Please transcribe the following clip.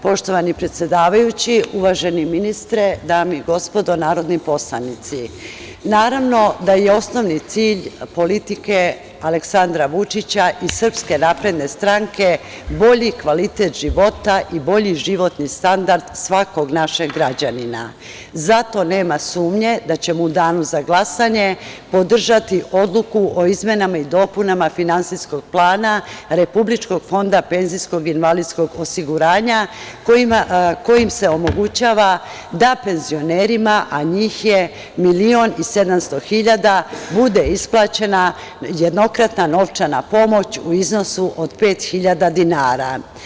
Poštovani predsedavajući, uvaženi ministre, dame i gospodo narodni poslanici, naravno da je osnovni cilj politike Aleksandra Vučića i SNS bolji kvalitet života i bolji životni standard svakog našeg građanina, zato nema sumnje da ćemo u danu za glasanje podržati odluku o izmenama i dopunama finansijskog plana republičkog Fonda PIO, kojim se omogućava da penzionerima, a njih je 1.700.000,00 bude isplaćena jednokratna novčana pomoć u iznosu od 5.000 dinara.